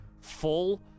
full